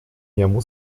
niemu